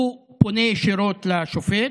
הוא פונה ישירות לשופט,